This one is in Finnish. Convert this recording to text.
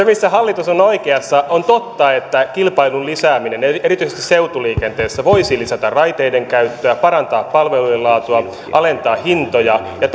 missä hallitus on on oikeassa on totta että kilpailun lisääminen erityisesti seutuliikenteessä voisi lisätä raiteidenkäyttöä parantaa palvelujen laatua alentaa hintoja ja